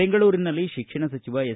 ಬೆಂಗಳೂರಿನಲ್ಲಿ ಶಿಕ್ಷಣ ಸಚಿವ ಎಸ್